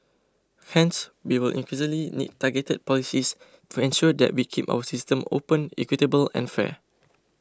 hence we will increasingly need targeted policies to ensure that we keep our systems open equitable and fair